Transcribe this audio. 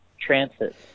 transit